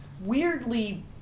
weirdly